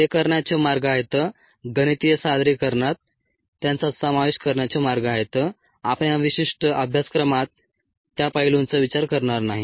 ते करण्याचे मार्ग आहेत गणितीय सादरीकरणात त्यांचा समावेश करण्याचे मार्ग आहेत आपण या विशिष्ट अभ्यासक्रमात त्या पैलूंचा विचार करणार नाही